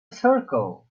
circle